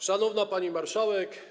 Szanowna Pani Marszałek!